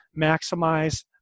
maximize